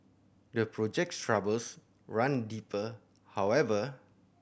the project's troubles run deeper however